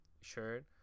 shirt